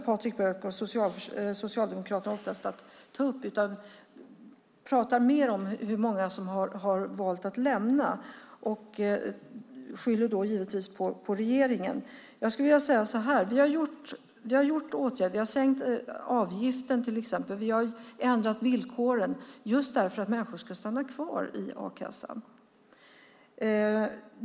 Patrik Björck och Socialdemokraterna glömmer ofta att ta upp dem, utan de talar mer om hur många som har valt att lämna a-kassan och skyller då givetvis på regeringen. Vi har vidtagit åtgärder. Vi har till exempel sänkt avgiften, och vi har ändrat villkoren just därför att människor ska stanna kvar i a-kassan.